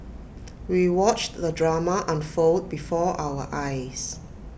we watched the drama unfold before our eyes